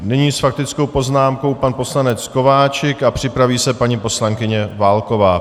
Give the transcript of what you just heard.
Nyní s faktickou poznámkou pan poslanec Kováčik a připraví se paní poslankyně Válková.